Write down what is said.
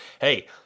hey